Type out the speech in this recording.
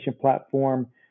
platform